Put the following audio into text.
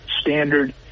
standard